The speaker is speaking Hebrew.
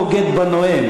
אני מבין שזה כואב לכם,